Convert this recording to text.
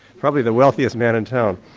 probably the wealthiest man in town.